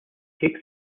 take